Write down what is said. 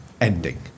Ending